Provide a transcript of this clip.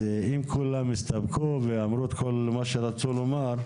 אז אם כולם הסתפקו ואמרו את כל מה שרצו לומר.